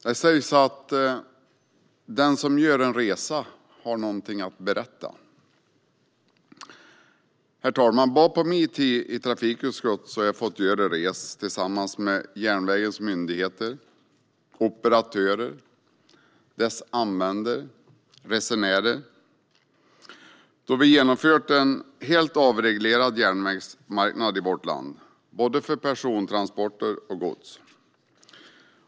Herr talman! Det sägs att den som gör en resa har någonting att berätta. Bara under min tid i trafikutskottet har jag fått göra en resa tillsammans med järnvägens myndigheter, operatörer och deras användare - resenärerna - då vi genomfört en helt avreglerad järnvägsmarknad i vårt land, både för persontransporter och för gods.